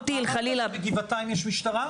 טיל חלילה --- אמרת שבגבעתיים יש משטרה?